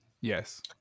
Yes